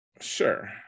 Sure